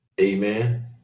Amen